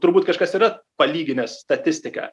turbūt kažkas yra palyginęs statistiką